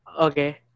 Okay